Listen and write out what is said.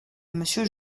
monsieur